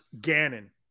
Gannon